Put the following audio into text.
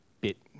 bit